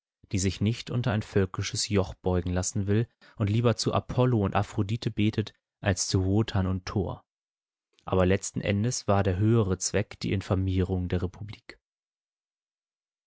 die sich nicht unter ein völkisches joch beugen lassen will und lieber zu apollo und aphrodite betet als zu wotan und thor aber letzten endes war der höhere zweck die infamierung der republik